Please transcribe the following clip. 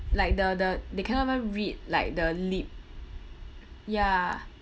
like the the they cannot even read like the lip ya